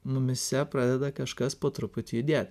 mumyse pradeda kažkas po truputį judėt